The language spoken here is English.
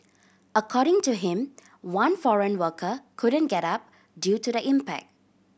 according to him one foreign worker couldn't get up due to the impact